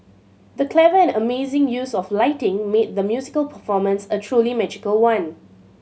the clever and amazing use of lighting made the musical performance a truly magical one